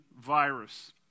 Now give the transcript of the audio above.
virus